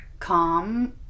calm